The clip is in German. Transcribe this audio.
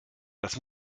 das